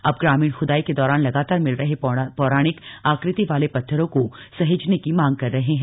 अब ग्रामीण खुदाई के दौरान लगातार मिल रहे पौराणिक आकृति वाले पत्थरों को सहेजने की मांग कर रहे है